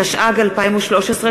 התשע"ג 2013,